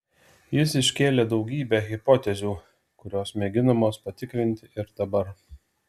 jis iškėlė daugybę hipotezių kurios mėginamos patikrinti ir dabar